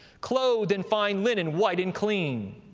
clothed in fine linen, white and clean.